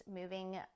moving